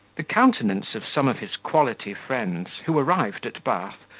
the countenance of some of his quality friends, who arrived at bath,